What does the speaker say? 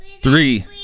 Three